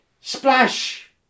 splash